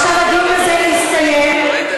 עכשיו הדיון הזה הסתיים,